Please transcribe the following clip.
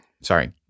Sorry